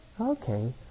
Okay